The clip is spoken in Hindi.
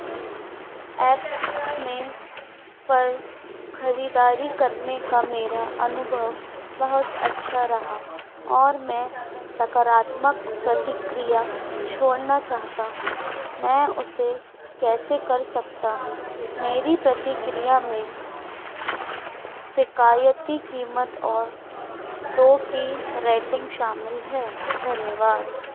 ऐपमे पर खरीदारी करने का मेरा अनुभव बहुत अच्छा रहा और मैं सकारात्मक प्रतिक्रिया छोड़ना चाहता हूँ मैं उसे कैसे कर सकता हूँ मेरी प्रतिक्रिया में किफ़ायती कीमत और दो की रेटिंग शामिल है धन्यवाद